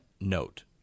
note